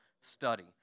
study